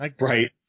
Right